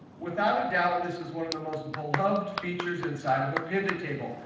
without a doubt, this is one of the most beloved features inside of a pivottable.